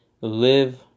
live